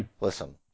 Listen